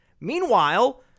Meanwhile